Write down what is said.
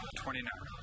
twenty-nine